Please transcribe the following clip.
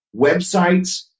websites